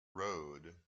road